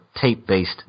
tape-based